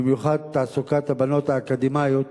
בייחוד תעסוקת הבנות האקדמאיות